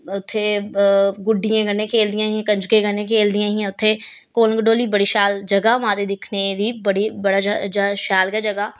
उत्थें गुड्डियें कन्नै खेल दियां हा कंजके कन्नै खेल दियां हा उत्थें कौल कंडोली बड़ी शैल जगह माता दिक्खने दी बड़ी बड़ा ज्यादा शैल गै जगह